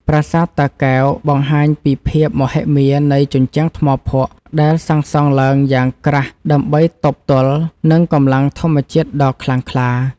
ប្រាសាទតាកែវបង្ហាញពីភាពមហិមានៃជញ្ជាំងថ្មភក់ដែលសាងសង់ឡើងយ៉ាងក្រាស់ដើម្បីទប់ទល់នឹងកម្លាំងធម្មជាតិដ៏ខ្លាំងក្លា។